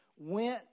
went